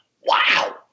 wow